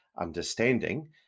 understanding